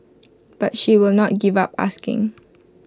but she will not give up asking